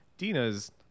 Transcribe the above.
Dina's